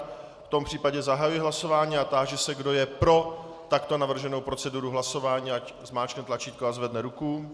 V tom případě zahajuji hlasování a táži se, kdo je pro takto navrženou proceduru hlasování, ať zmáčkne tlačítko a zvedne ruku.